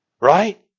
right